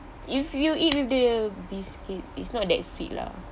if you eat with the biscuit is not that sweet lah